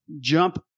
jump